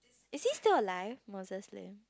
is he still alive Moses Lim